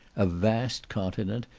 a vast continent,